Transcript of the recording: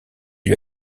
lui